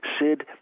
Sid